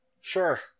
sure